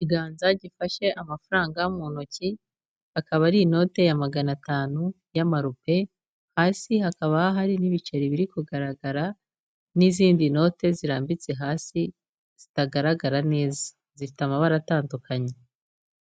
Ikiganza gifashe amafaranga mu ntoki akaba ari inote ya magana atanu y'amarupe, hasi hakaba hari n'ibiceri biri kugaragara n'izindi note zirambitse hasi zitagaragara neza. Zifite amabara atandukanye.